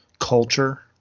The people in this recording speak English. culture